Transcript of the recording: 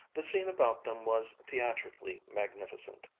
the scene about them was theatrically magnificent.